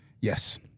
Yes